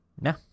no